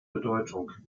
bedeutung